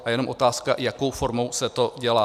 A je jenom otázka, jakou formou se to dělá.